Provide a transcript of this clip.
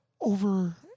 over